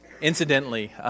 Incidentally